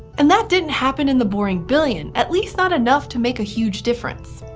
and that didn't happen in the boring billion, at least not enough to make a huge difference.